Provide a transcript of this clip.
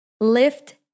Lift